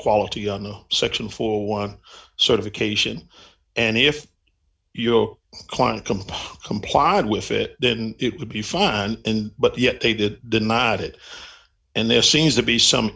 quality on the section for one certification and if your client compile complied with it then it would be fun and but yet they did denied it and there seems to be some